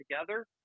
together